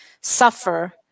suffer